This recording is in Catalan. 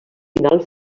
final